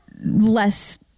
less